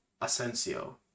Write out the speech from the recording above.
Asensio